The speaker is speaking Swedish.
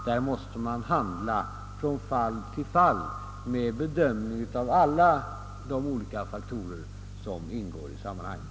Där måste man handla från fall till fall och bedöma alla i sammanhanget ingående faktorer.